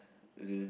is it